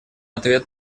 ответ